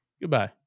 Goodbye